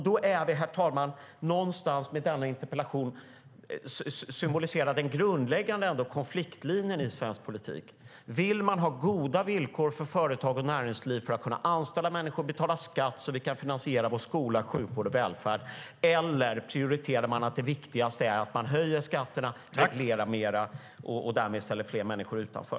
Då symboliserar denna interpellation, herr talman, någonstans den grundläggande konfliktlinjen i svensk politik. Vill man ha goda villkor för företag och näringsliv att kunna anställa och för människor att betala skatt så att vi kan finansiera vår skola, sjukvård och välfärd? Eller prioriterar man som det viktigaste att höja skatterna, reglera mer och därmed ställa fler människor utanför?